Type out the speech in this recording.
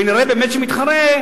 ונראה באמת שהוא מתחרה,